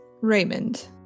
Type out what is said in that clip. Raymond